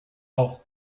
auch